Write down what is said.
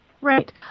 Right